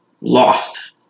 lost